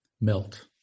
Melt